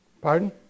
Pardon